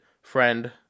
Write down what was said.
friend